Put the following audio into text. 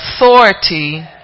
authority